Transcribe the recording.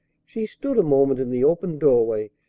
she stood a moment in the open doorway,